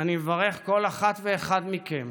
אני מברך כל אחד ואחת מכם,